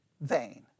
vain